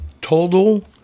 total